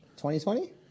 2020